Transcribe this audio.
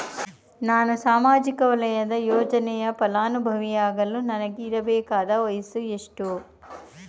ನಾನು ಸಾಮಾಜಿಕ ವಲಯದ ಯೋಜನೆಯ ಫಲಾನುಭವಿ ಯಾಗಲು ನನಗೆ ಇರಬೇಕಾದ ವಯಸ್ಸು ಎಷ್ಟು?